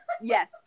yes